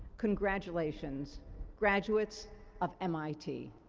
congratulations graduates of mit.